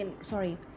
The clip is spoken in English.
sorry